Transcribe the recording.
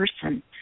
person